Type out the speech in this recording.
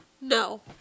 No